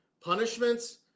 punishments